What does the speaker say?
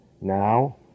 Now